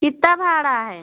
कितना भाड़ा है